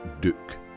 Duke